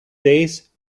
days